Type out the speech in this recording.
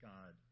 God